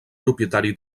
propietari